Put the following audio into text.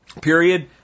Period